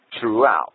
throughout